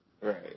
Right